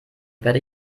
werde